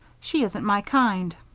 she isn't my kind.